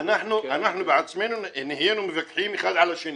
אנחנו בעצמנו נהיינו מפקחים אחד על השני.